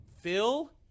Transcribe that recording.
Phil